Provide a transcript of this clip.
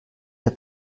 der